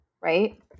right